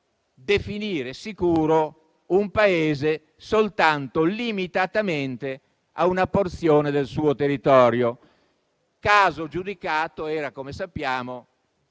definire sicuro un Paese soltanto limitatamente a una porzione del suo territorio. Il caso giudicato, come sappiamo,